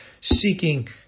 seeking